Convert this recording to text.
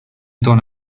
étant